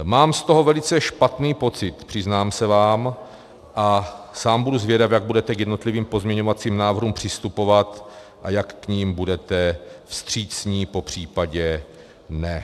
Mám z toho velice špatný pocit, přiznám se vám, a sám budu zvědav, jak budete k jednotlivým pozměňovacím návrhům přistupovat a jak k nim budete vstřícní, popřípadě ne.